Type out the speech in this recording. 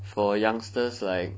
for youngsters like